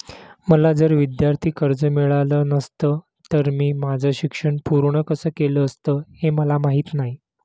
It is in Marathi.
मला जर विद्यार्थी कर्ज मिळालं नसतं तर मी माझं शिक्षण पूर्ण कसं केलं असतं, हे मला माहीत नाही